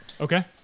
Okay